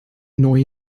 neue